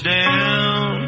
down